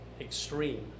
extreme